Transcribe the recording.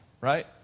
right